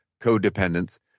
codependence